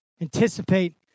Anticipate